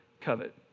covet